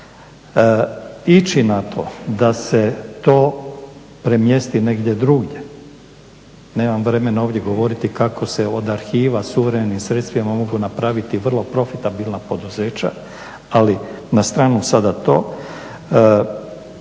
Ići na to da se to premjesti negdje drugdje, nemam vremena ovdje govoriti kako se od arhiva suvremenim sredstvima mogu napraviti vrlo profitabilna poduzeća, ali na stranu sada to.